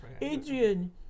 Adrian